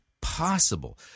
possible